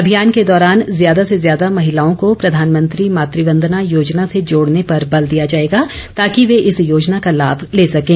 अभियान के दौरान ज्यादा से ज्यादा महिलाओं को प्रधानमंत्री मातुवंदना योजना से जोड़ने पर बल दिया जाएगा ताकि वे इस योजना का लाभ ले सकें